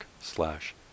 slash